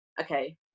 okay